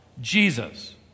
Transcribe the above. Jesus